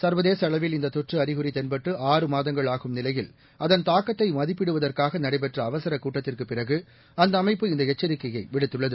சர்வதேஃஅளவில் இந்தத்தொற்று அறிகுறிதென்பட்டுஆறுமாதங்கள்ஆகும்நிலையில் அதன்தாக்கத்தை மதிப்பிடுவதற்காகநடைபெற்றஅவசரக்கூட்டத்திற்குப்பிறகு அந்த அமைப்புஇந்தஎச்சரிக்கையைவிடுத்துள்ளது